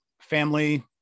family